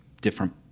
different